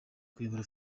kuyobora